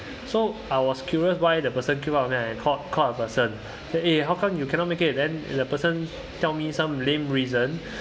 so I was curious why the person out on me and then I call call a person eh how come you cannot make it then the person tell me some lame reason